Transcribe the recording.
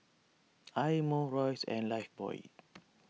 Eye Mo Royce and Lifebuoy